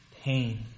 pain